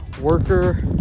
worker